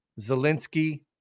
Zelensky